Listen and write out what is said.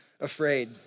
afraid